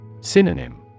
Synonym